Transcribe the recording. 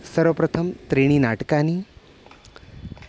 सर्वप्रथमम् त्रीणि नाटकानि